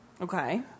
Okay